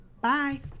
Bye